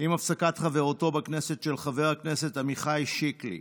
עם הפסקת חברותו בכנסת של חבר הכנסת עמיחי שיקלי,